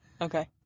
Okay